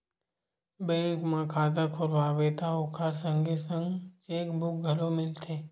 bank म खाता खोलवाबे त ओखर संगे संग चेकबूक घलो मिलथे